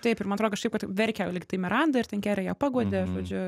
taip ir man atrodo kažkaip kad verkia lygtai miranda ir ten kerė ją paguodė žodžiu